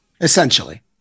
essentially